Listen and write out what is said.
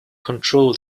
control